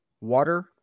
water